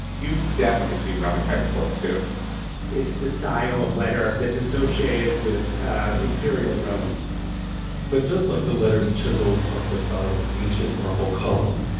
you've definitely seen roman type before too it's the style of letter that's associated with imperial rome but just like the letters chiseled onto the side of an ancient marble column,